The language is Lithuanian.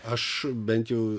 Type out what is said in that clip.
aš bent jau